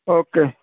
okay